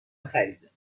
خریده